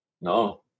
No